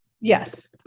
yes